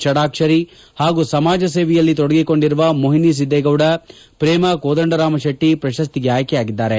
ಷಡಾಕ್ಷರಿ ಹಾಗೂ ಸಮಾಜ ಸೇವೆಯಲ್ಲಿ ತೊಡಗಿಸಿಕೊಂಡಿರುವ ಮೋಹಿನಿ ಸಿದ್ದೇಗೌಡ ಪ್ರೇಮ ಕೋದಂಡರಾಮ ಶೆಟ್ಟಿ ಪ್ರಶಸ್ತಿಗೆ ಆಯ್ಕೆಯಾಗಿದ್ದಾರೆ